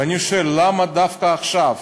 ואני שואל: למה דווקא עכשיו?